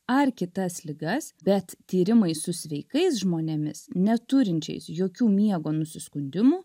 ar kitas ligas bet tyrimai su sveikais žmonėmis neturinčiais jokių miego nusiskundimų